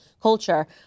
culture